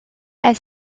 elle